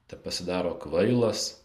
tepasidaro kvailas